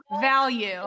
value